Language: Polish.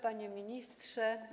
Panie Ministrze!